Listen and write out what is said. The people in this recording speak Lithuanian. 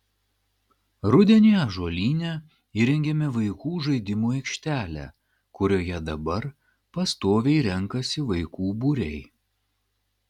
rudenį ąžuolyne įrengėme vaikų žaidimų aikštelę kurioje dabar pastoviai renkasi vaikų būriai